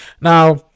Now